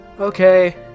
Okay